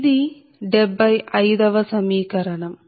ఇది 75 వ సమీకరణం